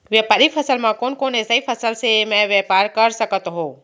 व्यापारिक फसल म कोन कोन एसई फसल से मैं व्यापार कर सकत हो?